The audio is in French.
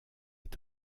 est